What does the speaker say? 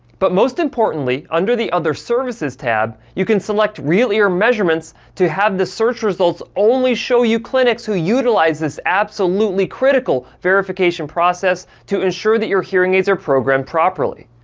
but most importantly, under the other services tab, you can select real ear measurements to have the search results only show you clinics who utilize this absolutely critical verification process to ensure that your hearing aids are programmed properly.